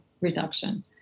reduction